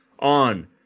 On